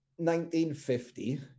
1950